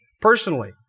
personally